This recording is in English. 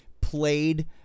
played